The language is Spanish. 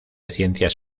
ciencias